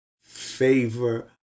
favor